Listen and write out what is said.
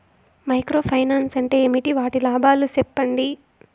Micro finance అంటే ఏమి? వాటి లాభాలు సెప్పండి?